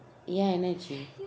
ஏன் என்ன ஆச்சு:aen enna achu